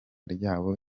ryabo